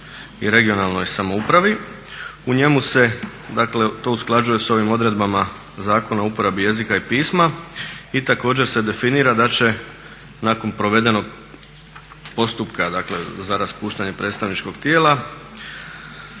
U njemu se, dakle to usklađuje sa ovim odredbama Zakona o uporabi jezika i pisma i također se definira da će nakon provedenog postupka, dakle za raspuštanje predstavničkog tijela